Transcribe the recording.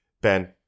Ben